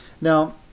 Now